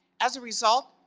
as a result,